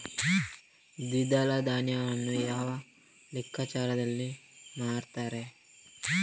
ದ್ವಿದಳ ಧಾನ್ಯಗಳನ್ನು ಯಾವ ಲೆಕ್ಕಾಚಾರದಲ್ಲಿ ಮಾರ್ತಾರೆ?